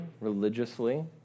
religiously